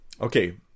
Okay